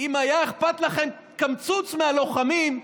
אם היה אכפת לכם קמצוץ מהלוחמים,